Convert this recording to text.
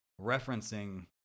referencing